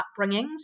upbringings